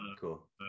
Cool